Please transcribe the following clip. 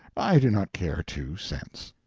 i do not care two cents.